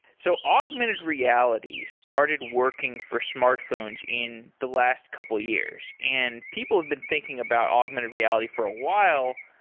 so augmented reality started working for smartphones in the last couple of years, and people have been thinking about augmented reality for a while,